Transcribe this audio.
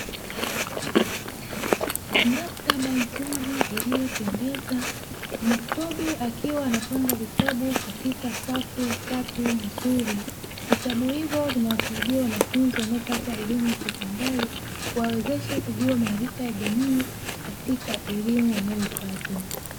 Maktaba nzuri iliyopendeza mtobe akiwa anapanga vitabu katika safu tatu nzuri, vitabu hivyo vinawasaidia wanafunzi wanaopata elimu ya sekondari kuwawezesha kujua maarifa ya jamii katika elimu wanayoipata.